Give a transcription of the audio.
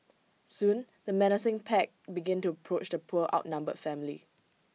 soon the menacing pack began to approach the poor outnumbered family